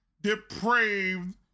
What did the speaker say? depraved